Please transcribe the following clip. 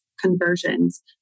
conversions